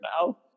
now